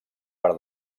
per